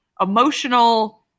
emotional